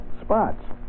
spots